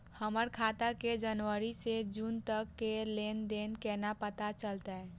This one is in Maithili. हमर खाता के जनवरी से जून तक के लेन देन केना पता चलते?